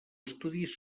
estudis